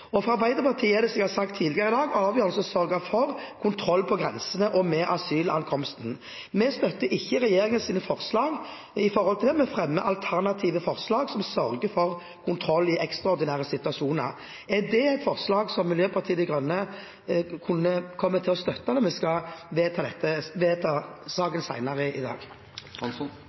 grunn. For Arbeiderpartiet er det, som jeg har sagt tidligere i dag, avgjørelser som sørger for kontroll på grensene og med asylankomsten. Vi støtter ikke regjeringens forslag om dette. Vi fremmer alternative forslag som sørger for kontroll i ekstraordinære situasjoner. Er det et forslag som Miljøpartiet De Grønne kunne komme til å støtte når vi skal vedta saken senere i dag?